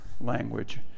language